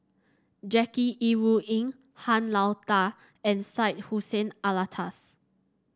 Jackie Yi Ru Ying Han Lao Da and Syed Hussein Alatas